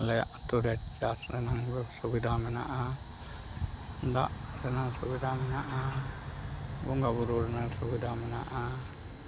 ᱟᱞᱮ ᱟᱹᱛᱩᱨᱮ ᱪᱟᱥ ᱨᱮᱱᱟᱝ ᱥᱩᱵᱤᱫᱷᱟ ᱢᱮᱱᱟᱜᱼᱟ ᱫᱟᱜ ᱨᱮᱱᱟᱜ ᱥᱩᱵᱤᱫᱷᱟ ᱢᱮᱱᱟᱜᱼᱟ ᱵᱚᱸᱜᱟ ᱵᱩᱨᱩ ᱨᱮᱱᱟᱜ ᱥᱩᱵᱤᱫᱷᱟ ᱢᱮᱱᱟᱜᱼᱟ